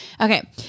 Okay